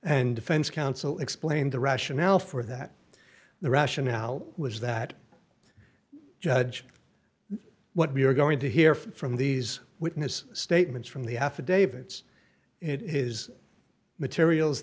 and defense counsel explained the rationale for that the rationale was that judge what we're going to hear from these witness statements from the affidavits it is materials